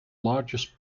largest